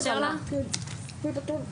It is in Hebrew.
סגנית מנהלת המנהל הפדגוגי.